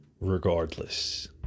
regardless